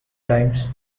times